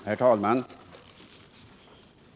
Herr talman!